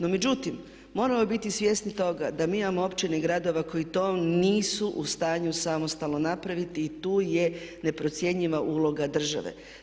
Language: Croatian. No međutim, moramo biti svjesni toga da mi imamo općina i gradova koji to nisu u stanju samostalno napraviti i tu je neprocjenjiva uloga države.